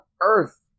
earth